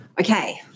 Okay